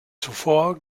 zuvor